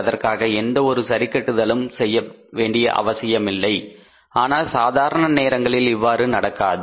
அதற்காக எந்த ஒரு சரிக்கட்டுதலும் செய்ய வேண்டியதில்லை ஆனால் சாதாரண நேரங்களில் இவ்வாறு நடக்காது